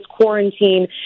quarantine